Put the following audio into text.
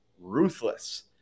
ruthless